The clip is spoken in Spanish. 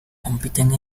compiten